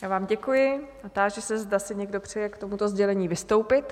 Já vám děkuji a táži se, zda si někdo přeje k tomuto sdělení vystoupit?